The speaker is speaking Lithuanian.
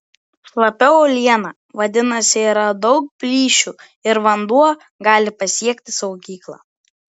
šlapia uoliena vadinasi yra daug plyšių ir vanduo gali pasiekti saugyklą